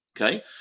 Okay